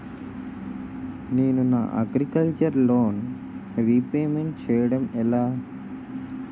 నేను నా agriculture loan repayment చేయడం ఎలా?